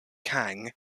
kang